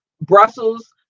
Brussels